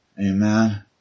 Amen